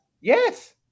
yes